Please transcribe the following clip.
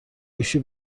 گوشی